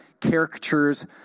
caricatures